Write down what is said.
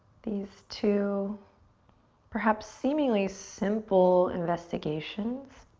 these two perhaps seemingly simple investigations,